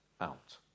out